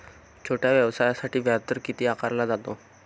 छोट्या व्यवसायासाठी व्याजदर किती आकारला जातो?